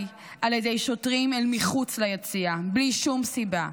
על ידי שוטרים אל מחוץ ליציע בלי שום סיבה,